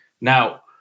Now